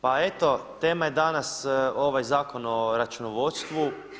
Pa eto tema je danas ovaj Zakon o računovodstvu.